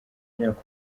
imyaka